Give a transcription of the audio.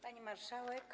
Pani Marszałek!